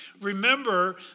Remember